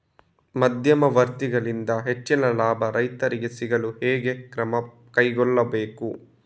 ಮಧ್ಯವರ್ತಿಗಳಿಂದ ಹೆಚ್ಚಿನ ಲಾಭ ರೈತರಿಗೆ ಸಿಗಲು ಹೇಗೆ ಕ್ರಮ ಕೈಗೊಳ್ಳಬೇಕು?